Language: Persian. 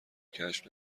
کشف